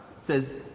says